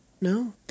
No